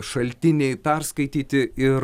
šaltiniai perskaityti ir